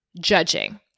judging